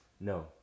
No